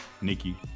Nikki